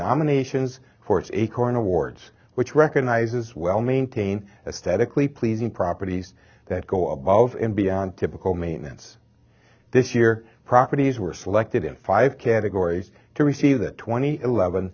nominations for its acorn awards which recognizes well maintain a static lee pleasing properties that go above and beyond typical maintenance this year properties were selected in five categories to receive the twenty eleven